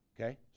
Okay